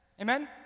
Amen